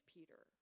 Peter